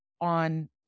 on